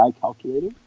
calculator